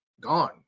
gone